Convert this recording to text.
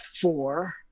four